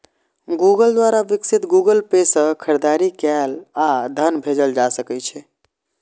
Google द्वारा विकसित Google Pay सं खरीदारी कैल आ धन भेजल जा सकै छै